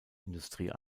industrie